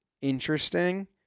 interesting